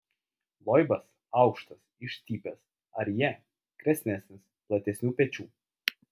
loibas aukštas išstypęs arjė kresnesnis platesnių pečių